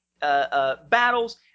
battles